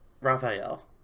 Raphael